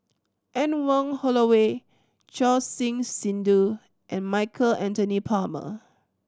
Anne Wong Holloway Choor Singh Sidhu and Michael Anthony Palmer